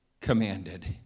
commanded